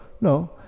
No